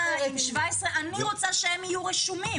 עם 17. אני רוצה שהם יהיו רשומים.